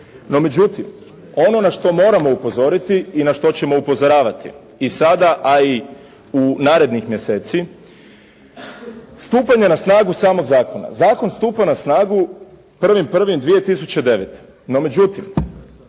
No međutim, ono na što moramo upozoriti i na što ćemo upozoravati i sada, a i narednih mjeseci, stupanje na snagu samog zakona. Zakon stupa na snagu 1.1.2009. no međutim,